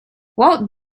walt